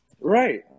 right